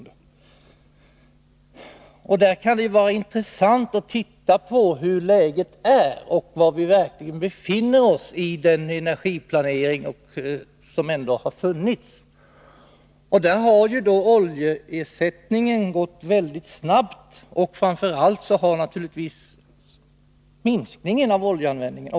I det sammanhanget kan det vara intressant att ta en titt på läget och att ta reda på var vi verkligen befinner oss när det gäller den energiplanering som ändå finns. I fråga om oljeersättningen har det ju gått mycket snabbt, och det gäller naturligtvis också framför allt minskningen av oljeanvändningen.